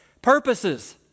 Purposes